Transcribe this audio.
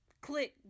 click